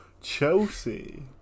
Chelsea